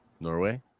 Norway